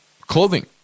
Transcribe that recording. clothing